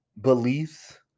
beliefs